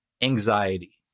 anxiety